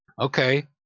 Okay